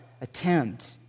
attempt